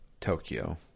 Tokyo